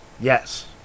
Yes